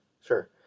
sure